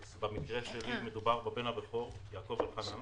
במקרה שלי מדובר בבן הבכור יעקב אלחנן